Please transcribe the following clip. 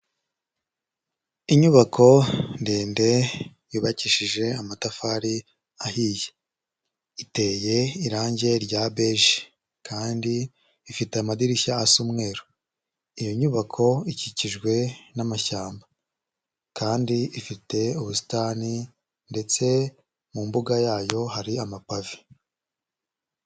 Inyubako ndende yubakishije amatafari ahiye, iteye irangi rya beje kandi ifite amadirishya asa umweru, iyo nyubako ikikijwe n'amashyamba kandi ifite ubusitani ndetse mu mbuga yayo hari amapave.